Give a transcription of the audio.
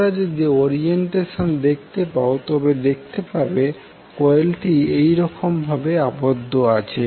তোমরা যদি অরিয়েন্টেশন দেখতে পাও তবে দেখতে পাবে কোয়েলটি এইরকম ভাবে আবদ্ধ আছে